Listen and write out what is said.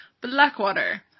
Blackwater